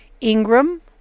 Ingram